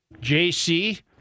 JC